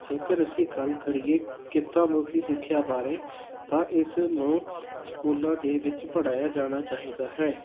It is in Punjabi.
ਜੇਕਰ ਅਸੀਂ ਗੱਲ ਕਰੀਏ ਕਿੱਤਾ ਮੁਖੀ ਸਿੱਖਿਆ ਬਾਰੇ ਤਾਂ ਇਸ ਨੂੰ ਸਕੂਲਾਂ ਦੇ ਵਿੱਚ ਪੜ੍ਹਾਇਆ ਜਾਣਾ ਚਾਹੀਦਾ ਹੈ